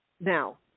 Now